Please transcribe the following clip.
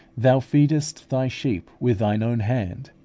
thou feedest thy sheep with thine own hand,